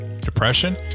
depression